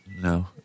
No